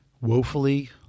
woefully